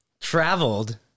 traveled